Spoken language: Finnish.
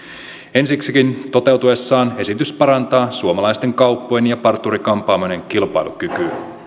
ensiksikin toteutuessaan esitys parantaa suomalaisten kauppojen ja parturi kampaamoiden kilpailukykyä